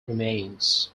remains